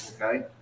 okay